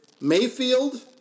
Mayfield